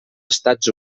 estats